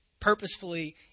purposefully